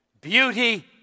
beauty